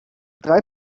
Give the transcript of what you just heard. drei